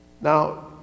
Now